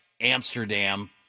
Amsterdam